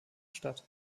statt